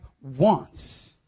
wants